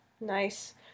Nice